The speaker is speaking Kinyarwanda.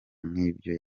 nk’ibyo